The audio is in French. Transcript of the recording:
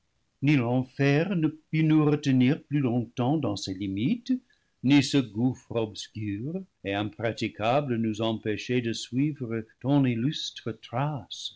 ni l'en fer ne put nous retenir plus longtemps dans ses limites ni ce gouffre obscur et impraticable nous empêcher de suivre ton illustre trace